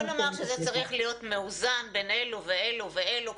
בואו נאמר שזה צריך להיות מאוזן בין אלו ואלו ואלו.